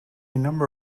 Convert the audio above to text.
number